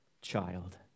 child